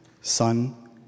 Son